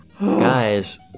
Guys